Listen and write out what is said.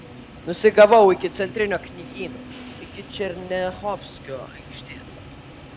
nusigaudavau iki centrinio knygyno iki černiachovskio aikštės